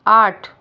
آٹھ